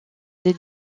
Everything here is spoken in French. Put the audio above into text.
des